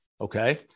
Okay